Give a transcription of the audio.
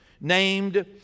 named